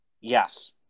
Yes